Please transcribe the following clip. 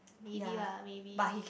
maybe lah maybe